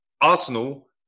Arsenal